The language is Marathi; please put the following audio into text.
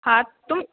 हां तुम